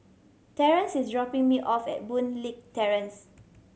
Terence is dropping me off at Boon Leat Terrace